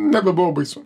nebebuvo baisu